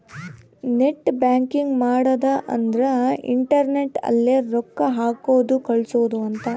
net banking ಮಾಡದ ಅಂದ್ರೆ internet ಅಲ್ಲೆ ರೊಕ್ಕ ಹಾಕೋದು ಕಳ್ಸೋದು ಅಂತ